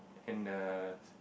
and the